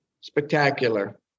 spectacular